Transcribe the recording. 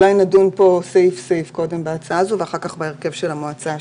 אני מציעה שאולי נדון סעיף סעיף ואחר כך בהרכב של המועצה השנייה.